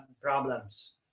problems